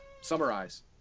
summarize